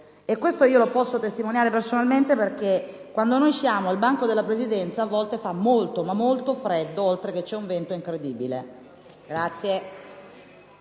Questo lo posso testimoniare personalmente, perché quando sono seduta al banco della Presidenza a volte fa molto freddo, oltre al fatto che c'è un vento incredibile.